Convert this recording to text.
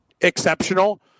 exceptional